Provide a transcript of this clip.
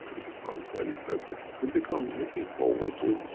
it becomes very pleasant. it becomes looking forward to,